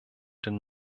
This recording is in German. den